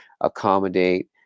accommodate